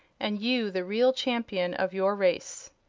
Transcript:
and you the real champion of your race.